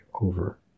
over